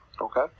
okay